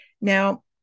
now